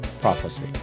PROPHECY